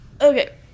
Okay